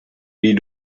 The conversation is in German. wie